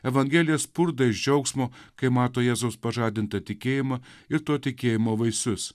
evangelija spurda iš džiaugsmo kai mato jėzus pažadintą tikėjimą ir to tikėjimo vaisius